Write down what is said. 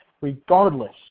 regardless